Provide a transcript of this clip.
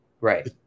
right